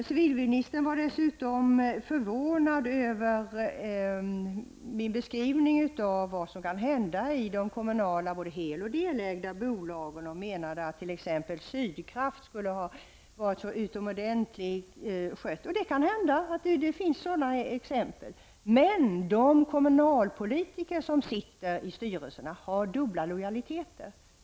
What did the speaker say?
Civilministern var dessutom förvånad över min beskrivning av vad som kommer att hända i de kommunala, både hel och delägda, bolagen och menade att t.ex. Sydkraft skulle ha varit så utomordentligt väl skött. Det kan hända att det finns sådana exempel, men de kommunalpolitiker som sitter i styrelserna har dubbla lojaliteter.